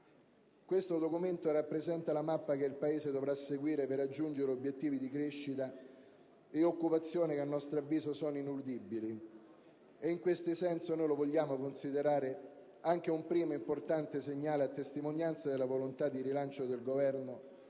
Questo documento rappresenta la mappa che il Paese dovrà seguire per raggiungere obiettivi di crescita e occupazione, che, a nostro avviso, sono ineludibili, e in questo senso noi lo vogliamo considerare anche un primo, importante segnale a testimonianza della volontà di rilancio del Governo,